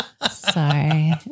sorry